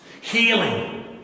Healing